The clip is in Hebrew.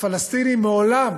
הפלסטינים מעולם